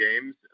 games